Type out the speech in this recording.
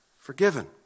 forgiven